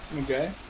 Okay